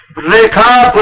rekha.